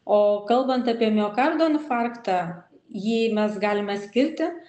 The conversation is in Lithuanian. o kalbant apie miokardo infarktą jį mes galim atskirti